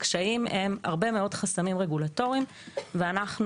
הקשיים הם הרבה מאוד חסמים רגולטוריים ואנחנו